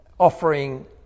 Offering